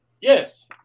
Yes